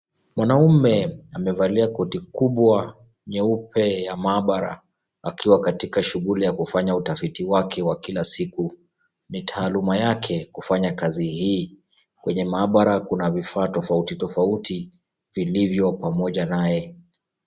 Mwanaume amevalia koti kubwa nyeupe ya maabara akiwa katika shughuli ya kufanya utafiti wake wa kila siku, ni taaluma yake kufanya kazi hii. Kwenye maabara kuna vifaa tofauti tofauti zilivyo pamoja naye.